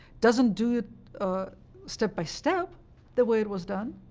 doesn't do it step by step the way it was done,